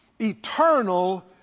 eternal